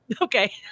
Okay